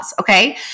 okay